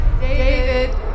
David